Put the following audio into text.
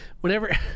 whenever